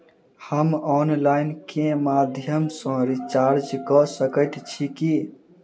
हम ऑनलाइन केँ माध्यम सँ रिचार्ज कऽ सकैत छी की?